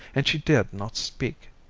and she dared not speak.